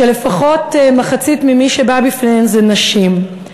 שלפחות מחצית ממי שבא בפניו הן נשים.